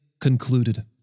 concluded